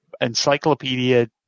encyclopedia